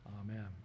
amen